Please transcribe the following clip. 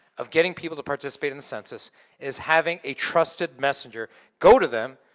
of getting people to participate in the census is having a trusted messenger go to them,